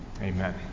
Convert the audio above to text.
Amen